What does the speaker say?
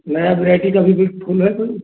नया वेराइटी के भी भी फूल है कोई